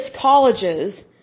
colleges